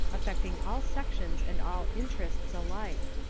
affecting all sections and all interests alike.